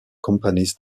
companies